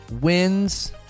Wins